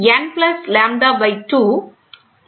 n plus lambda pi 2